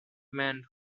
man